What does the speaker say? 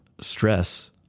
stress